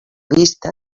vista